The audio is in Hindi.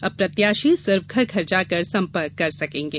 अब प्रत्याशी सिर्फ घर घर जाकर संपर्क कर सकेंगे